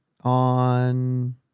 on